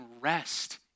rest